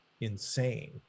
insane